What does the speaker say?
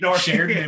Shared